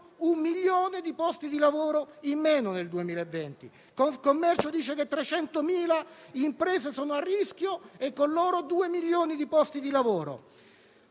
un milione di posti di lavoro in meno; Confcommercio dice che 300.000 imprese sono a rischio e con loro due milioni di posti di lavoro.